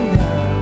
now